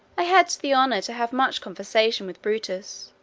i had the honour to have much conversation with brutus